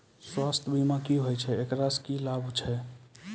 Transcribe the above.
स्वास्थ्य बीमा की होय छै, एकरा से की लाभ छै?